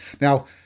Now